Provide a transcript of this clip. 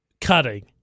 Cutting